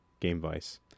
Gamevice